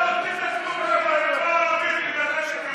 הם התחילו, ואתה לא עשית כלום.